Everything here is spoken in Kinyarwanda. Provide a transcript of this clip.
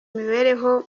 mibereho